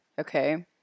Okay